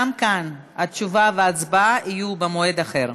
גם כאן התשובה וההצבעה יהיו במועד אחר.